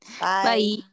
Bye